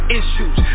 issues